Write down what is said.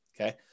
okay